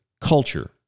culture